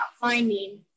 finding